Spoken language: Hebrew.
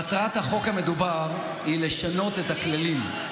מטרת החוק המדובר היא לשנות את הכללים.